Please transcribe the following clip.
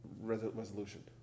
resolution